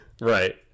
Right